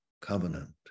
covenant